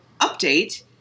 update